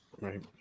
Right